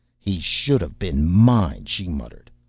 he should have been mine she muttered,